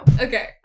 Okay